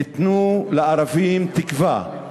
תנו לערבים תקווה,